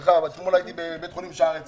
בסיור בבית חולים שערי צדק,